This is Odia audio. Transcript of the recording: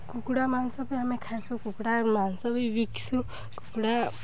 କୁକୁଡ଼ା ମାଂସ ବି ଆମେ ଖାଏସୁଁ କୁକୁଡ଼ା ମାଂସ ବି ବିକ୍ସୁଁ କୁକୁଡ଼ା